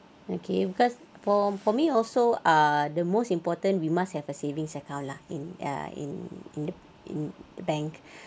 okay because for for me also uh the most important we must have a savings account lah in ah in in the in the bank